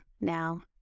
now